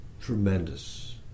tremendous